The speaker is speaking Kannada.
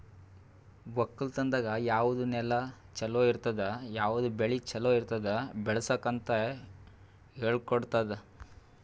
ಒಕ್ಕಲತನದಾಗ್ ಯಾವುದ್ ನೆಲ ಛಲೋ ಇರ್ತುದ, ಯಾವುದ್ ಬೆಳಿ ಛಲೋ ಇರ್ತುದ್ ಬೆಳಸುಕ್ ಅಂತ್ ಹೇಳ್ಕೊಡತ್ತುದ್